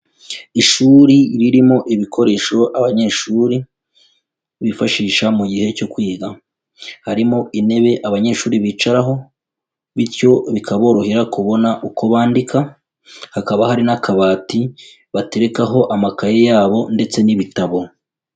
Ishuri ririmo ibikoresho abanyeshuri bifashisha mu gihe cyo kwiga. Harimo intebe abanyeshuri bicaraho bityo bikaborohera kubona uko bandika, hakaba hari n'akabati baterekaho amakaye yabo ndetse n'ibitabo.